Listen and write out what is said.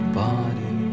body